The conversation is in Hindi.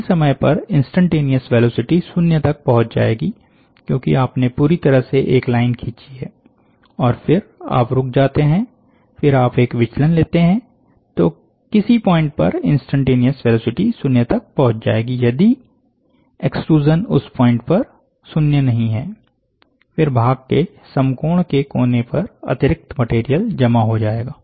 किसी समय पर इंस्टैन्टेनियस वेलोसिटी शून्य तक पहुंच जाएगी क्योंकि आपने पूरी तरह से एक लाइन खींची है और फिर आप रुक जाते हैं फिर आप एक विचलन लेते हैं तो किसी पॉइंट पर इंस्टैन्टेनियस वेलोसिटी शून्य तक पहुंच जाएगी यदि एक्सट्रूज़नउस पॉइंट पर 0 नहीं है फिर भाग के समकोण के कोने पर अतिरिक्त मटेरियल जमा हो जाएगा